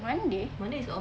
monday